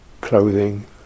clothing